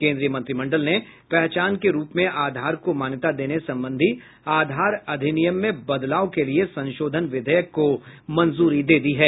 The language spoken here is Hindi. केन्द्रीय मंत्रिमंडल ने पहचान के रूप में आधार को मान्यता देने संबंधी आधार अधिनियम में बदलाव के लिये संशोधन विधेयक को मंजूरी दे दी है